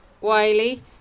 Wiley